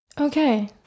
Okay